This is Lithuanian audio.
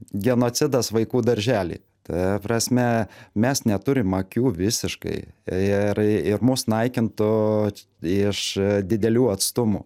genocidas vaikų daržely ta prasme mes neturim akių visiškai ir ir mus naikintų iš didelių atstumų